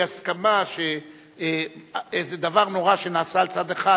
הסכמה שאיזה דבר נורא שנעשה על צד אחד,